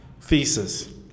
thesis